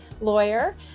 lawyer